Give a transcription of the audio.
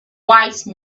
wise